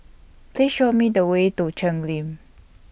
Please Show Me The Way to Cheng Lim